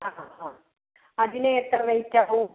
ആഹ ആ അതിന് എത്ര റേറ്റ് ആവും